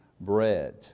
bread